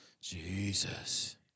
Jesus